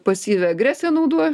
pasyvią agresiją naudojęs